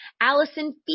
Allison